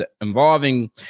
involving